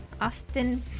Austin